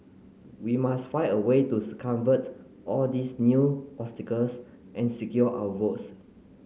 we must find a way to circumvent all these new obstacles and secure our votes